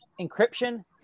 encryption